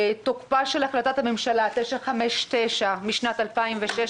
תוקפה של החלטת הממשלה 959 משנת 2016,